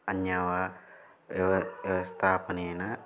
अन्येन व व्यव् व्यवस्थापनेन